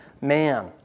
man